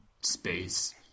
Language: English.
space